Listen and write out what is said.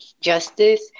justice